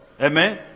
Amen